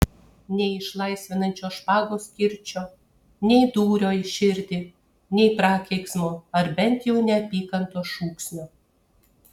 nei išlaisvinančio špagos kirčio nei dūrio į širdį nei prakeiksmo ar bent jau neapykantos šūksnio